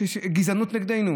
שיש גזענות נגדנו?